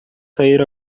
sair